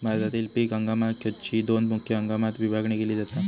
भारतातील पीक हंगामाकची दोन मुख्य हंगामात विभागणी केली जाता